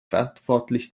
verantwortlich